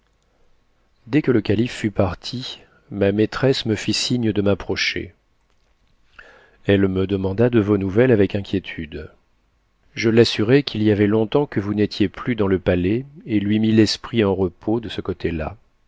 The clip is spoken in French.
dès que le calife fut parti ma maîtresse me fit signe de m'approcher elle me demanda de vos nouvelles avec inquiétude je l'assurai qu'il y avait longtemps que vous n'étiez plus dans le palais et lui mis l'esprit en repos de ce côté la